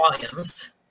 volumes